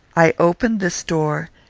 i opened this door,